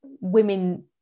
women